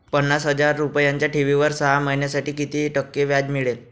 पन्नास हजार रुपयांच्या ठेवीवर सहा महिन्यांसाठी किती टक्के व्याज मिळेल?